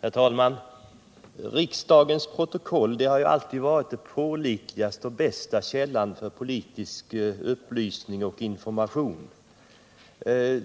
Herr talman! Riksdagens protokoll har alltid varit den pålitligaste och bästa källan för politisk upplysning och information.